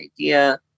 idea